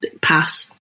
Pass